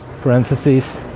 parentheses